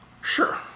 sure